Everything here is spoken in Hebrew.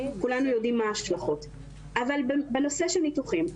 בנושא הניתוחים,